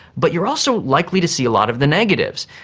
but you are also likely to see a lot of the negatives.